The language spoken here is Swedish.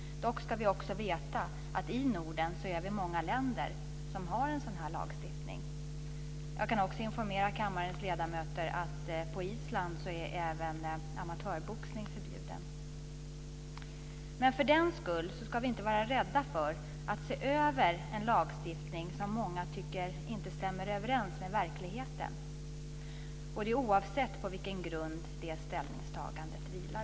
Dock ska vi också veta att många länder i Norden har en sådan här lagstiftning. Jag kan också informera kammarens ledamöter om att på Island är även amatörboxning förbjuden. För den skull ska vi inte vara rädda för att se över en lagstiftning som många inte tycker stämmer överens med verkligheten, oavsett på vilken grund det ställningstagandet vilar.